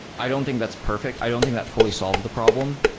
i don't think that's perfect. i don't think that fully solves the problem,